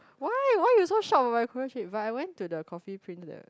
why why you so shocked of my korea trip but I went to coffee prince three